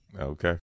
Okay